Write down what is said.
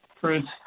fruits